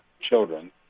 children